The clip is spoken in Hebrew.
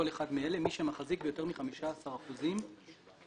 כל אחד מאלה: מי שמחזיק ביותר מ-15 אחוזים מסוג